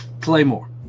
Claymore